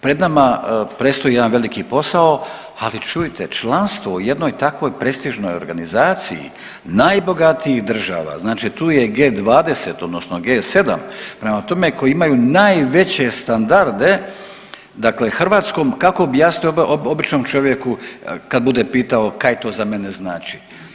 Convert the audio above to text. Pred nama predstoji jedan veliki posao, ali čujte, članstvo u jednoj takvoj prestižnoj organizaciji, najbogatijih država, znači tu je G20, odnosno G7, prema tome, koji imaju najveće standarde, dakle Hrvatskom, kako objasniti običnom čovjeku kad bude pitaj kaj to za mene znači.